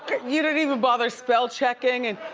you don't even bother spellchecking and,